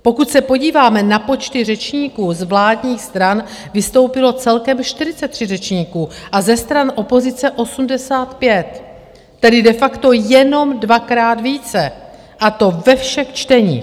Pokud se podíváme na počty řečníků, z vládních stran vystoupilo celkem 43 řečníků a ze stran opozice 85, tedy de facto jenom dvakrát více, a to ve všech čteních.